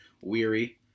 weary